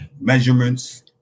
measurements